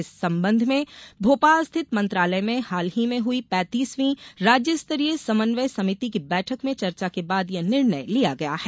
इस संबंध में भोपाल स्थित मंत्रालय ने हाल ही में हुई पैतीसवीं राज्यस्तरीय समन्वय समिति की बैठक में चर्चा के बाद यह निर्णय लिया गया है